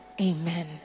amen